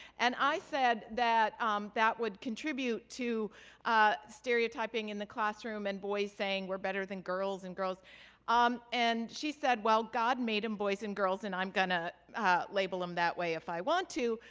and i said that um that would contribute to ah stereotyping in the classroom and boys saying, we're better than girls and girls um and she said well, god made them boys and girls and i'm going to label them that way if i want to,